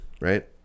right